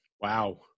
Wow